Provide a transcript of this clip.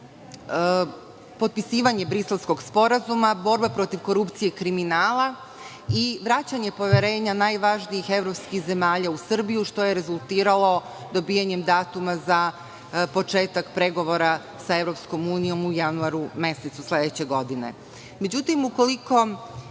potpisivanje Briselskog sporazuma, borba protiv korupcije i kriminala i vraćanje poverenja najvažnijih evropskih zemalja u Srbiju, što je rezultiralo dobijanjem datuma za početak pregovora sa EU u januaru mesecu sledeće godine. Ukoliko